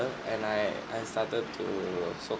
and I I started to so